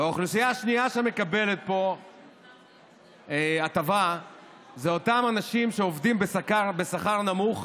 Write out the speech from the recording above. והאוכלוסייה השנייה שמקבלת פה הטבה זה אותם אנשים שעובדים בשכר נמוך,